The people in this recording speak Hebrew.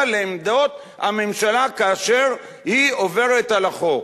לעמדות הממשלה כאשר היא עוברת על החוק.